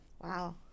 wow